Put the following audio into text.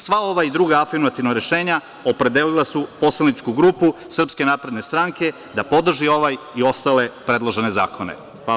Sva ova i druga alternativna rešenja opredelila su poslaničku grupu SNS da podrži ovaj i ostale predložene zakone.